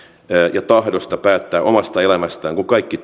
ja tahdosta päättää omasta elämästään kun kaikki